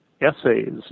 essays